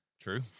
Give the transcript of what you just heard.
True